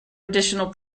additional